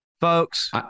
Folks